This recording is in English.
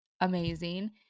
amazing